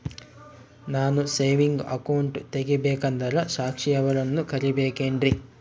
ನಾನು saving account ತೆಗಿಬೇಕಂದರ ಸಾಕ್ಷಿಯವರನ್ನು ಕರಿಬೇಕಿನ್ರಿ?